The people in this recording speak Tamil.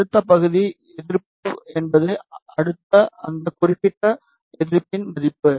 அடுத்த பகுதி எதிர்ப்பு என்பது அடுத்தது அந்த குறிப்பிட்ட எதிர்ப்பின் மதிப்பு